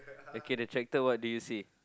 okay the tractor what do you say